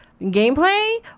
gameplay